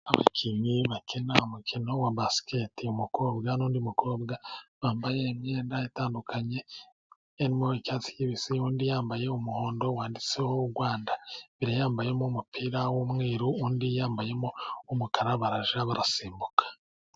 Abakinnyi bakina umukino wa basiketi umukobwa n'undi mukobwa bambaye imyenda itandukanye, irimo icyatsi kibisi undi yambaye umuhondo wanditseho u Rwanda, yari yambayemo umupira w'umweru undi yambayemo umukara bajya basimbuka.